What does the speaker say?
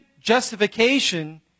justification